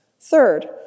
Third